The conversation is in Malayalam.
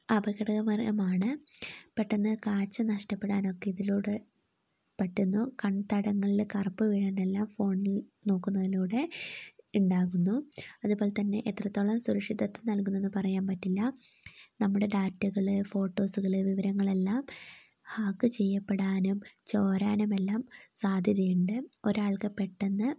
അപകടകരമാണ് പെട്ടെന്ന് കാഴ്ച നഷ്ടപ്പെടാനൊക്കെ ഇതിലൂടെ പറ്റുന്നു കൺതടങ്ങളിൽ കറുപ്പ് വീഴാനെല്ലാം ഫോണിൽ നോക്കുന്നതിലൂടെ ഉണ്ടാകുന്നു അതുപോലെതന്നെ എത്രത്തോളം സുരക്ഷിതത്ത്വം നൽകുന്നു എന്നു പറയാൻ പറ്റില്ല നമ്മുടെ ഡാറ്റകൾ ഫോട്ടോസുകൾ വിവരങ്ങളെല്ലാം ഹാക്ക് ചെയ്യപ്പെടാനും ചോരാനുമെല്ലാം സാധ്യത ഉണ്ട് ഒരാൾക്ക് പെട്ടെന്ന്